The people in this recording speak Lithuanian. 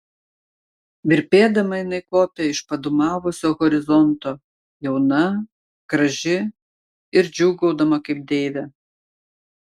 virpėdama jinai kopė iš padūmavusio horizonto jauna graži ir džiūgaudama kaip deivė